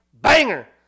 banger